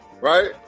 right